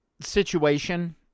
situation